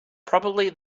probably